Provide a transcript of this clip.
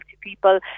people